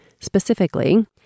specifically